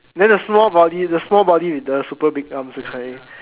then the small body the small body with the super big arms that kind